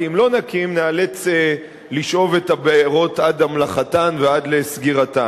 כי אם לא נקים ניאלץ לשאוב מהבארות עד המלחתן ועד לסגירתן.